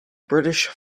british